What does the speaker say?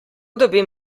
dobim